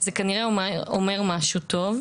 זה כנראה אומר משהו טוב.